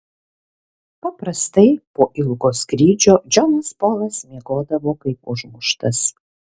paprastai po ilgo skrydžio džonas polas miegodavo kaip užmuštas